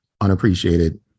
unappreciated